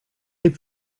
est